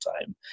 time